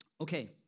Okay